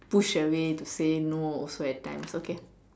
push away to say no also at times okay